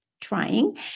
trying